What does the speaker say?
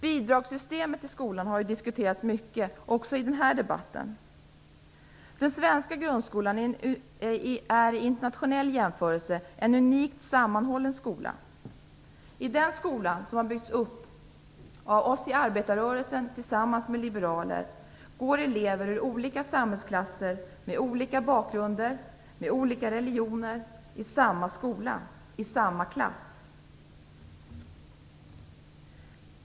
Bidragssystemet i skolan har diskuterats mycket, även i den här debatten. Den svenska grundskolan är i en internationell jämförelse en unikt sammanhållen skola. I den skola som har byggts upp av oss i arbetarrörelsen tillsammans med liberaler går elever ur olika samhällsklasser - med olika bakgrunder och religioner - i samma skola, i samma klass.